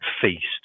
Feast